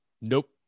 Nope